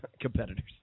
Competitors